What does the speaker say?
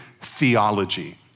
theology